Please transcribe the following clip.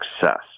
success